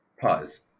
pause